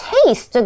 Taste